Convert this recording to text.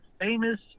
famous